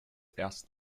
erst